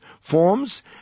forms